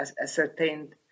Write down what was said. ascertained